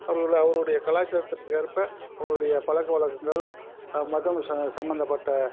அவர்கள் அவருடைய கலாச்சாரத்திற்கு ஏற்ப அவங்களோடைய பழக்கவழக்கங்கள் மதம் ச சம்மந்தப்பட்ட